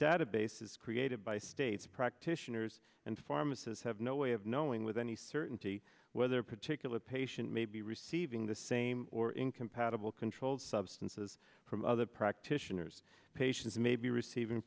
databases created by states practitioners and pharmacists have no way of knowing with any certainty whether a particular patient may be receiving the same or incompatible controlled substances from other practitioners patients may be receiving